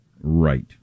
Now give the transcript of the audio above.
Right